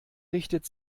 richtet